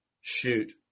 shoot